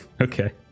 Okay